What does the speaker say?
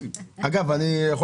אם אתה יכול